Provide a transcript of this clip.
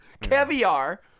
Caviar